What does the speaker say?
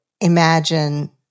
imagine